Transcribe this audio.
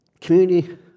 community